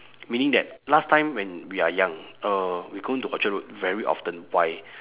meaning that last time when we are young uh we go into orchard road very often why